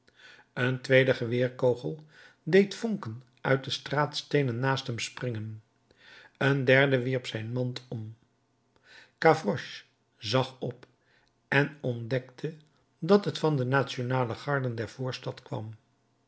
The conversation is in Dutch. een tweede geweerkogel deed vonken uit de straatsteenen naast hem springen een derde wierp zijn mand om gavroche zag op en ontdekte dat het van de nationale garden der voorstad kwam